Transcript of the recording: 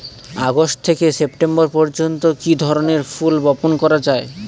August থেকে সেপ্টেম্বর পর্যন্ত কি ধরনের ফুল বপন করা যায়?